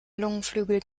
lungenflügel